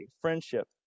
friendship